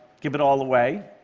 give it all away.